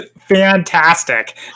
fantastic